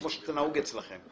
כפי שנהוג אצלכם.